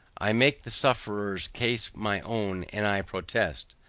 i make the sufferers case my own, and i protest,